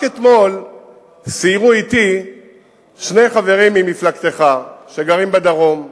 רק אתמול סיירו אתי שני חברים ממפלגתך שגרים בדרום,